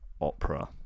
Opera